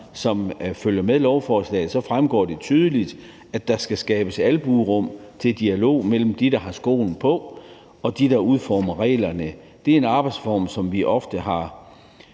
som følger med lovforslaget, fremgår det tydeligt, at der skal skabes albuerum til dialog mellem dem, der har skoen på og ved, hvor den trykker, og dem, der udformer reglerne. Det er en arbejdsform, som vi ofte har